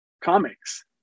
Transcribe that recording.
comics